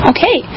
Okay